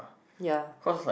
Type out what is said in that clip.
ya